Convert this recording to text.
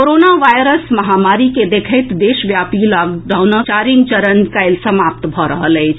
corona virus महामारी के देखैत देशव्यापी लॉकडाउनक चारिम चरण काल्हि समाप्त भऽ रहल अछि